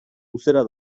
luzera